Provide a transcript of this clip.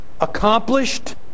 accomplished